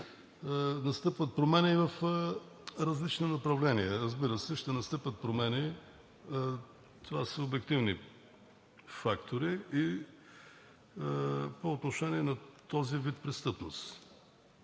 настъпват промени в различни направления. Разбира се, ще настъпят промени – това са обективни фактори – и по отношение на този вид престъпност.